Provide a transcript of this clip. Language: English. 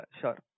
sure